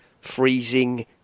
freezing